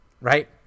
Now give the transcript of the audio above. right